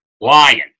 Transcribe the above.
Lion